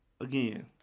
Again